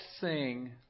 sing